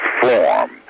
form